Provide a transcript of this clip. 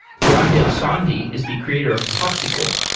rahil sondhi is the creator of popsql,